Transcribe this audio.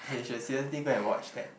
okay you should seriously go and watch that